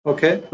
Okay